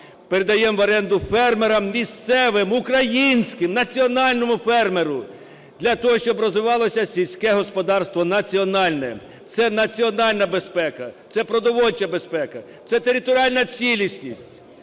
передаємо в оренду фермерам місцевим українським, національному фермеру для того, щоб розвивалося сільське господарство національне. Це національна безпека, це продовольча безпека, це територіальна цілісність.